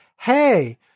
hey